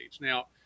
Now